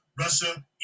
Russia